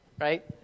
Right